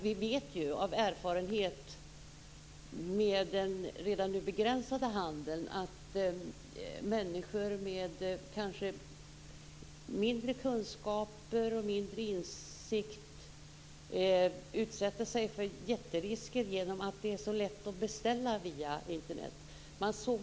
Vi vet ju av erfarenhet, redan nu med den begränsade handeln, att människor med mindre kunskaper och mindre insikt utsätter sig för jätterisker genom att det är så lätt att beställa via Internet.